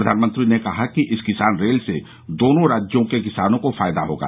प्रधानमंत्री ने कहा कि इस किसान रेल से दोनों राज्यों के किसानों को फायदा होगा